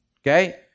Okay